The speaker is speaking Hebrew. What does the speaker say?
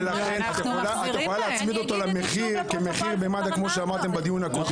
ולכן את יכולה להצמיד אותו למחיר כמחיר מד"א כמו שאמרתם בדיון הקודם.